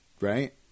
right